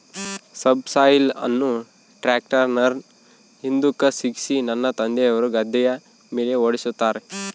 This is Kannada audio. ಸಬ್ಸಾಯಿಲರ್ ಅನ್ನು ಟ್ರ್ಯಾಕ್ಟರ್ನ ಹಿಂದುಕ ಸಿಕ್ಕಿಸಿ ನನ್ನ ತಂದೆಯವರು ಗದ್ದೆಯ ಮೇಲೆ ಓಡಿಸುತ್ತಾರೆ